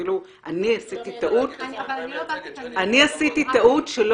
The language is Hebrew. אני עשיתי טעות --- אבל אני לא באתי לכאן --- אני עשיתי